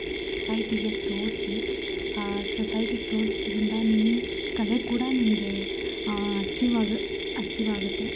ಸೊಸೈಟಿಗೆ ತೋರಿಸಿ ಸೊಸೈಟಿಗೆ ತೋರಿಸಿದ್ರಿಂದ ನಿಮ್ಮ ಕಲೆ ಕೂಡ ನಿಮಗೆ ಅಚಿವ್ ಆಗಿ ಅಚಿವ್ ಆಗುತ್ತೆ